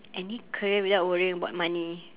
any career without worrying about money